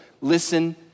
Listen